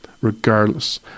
regardless